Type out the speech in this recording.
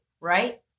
right